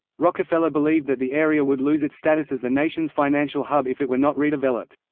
rockefeller believed that the area would lose its status as the nation's financial hub if it were not redeveloped.